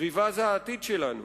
סביבה זה החיים שלנו.